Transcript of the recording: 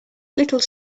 little